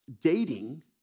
dating